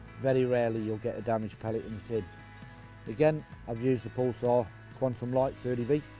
very rarely you'll get a damage pellet, limited again i've used the pulsar quantum light thirty v.